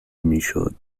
میشد